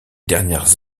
dernières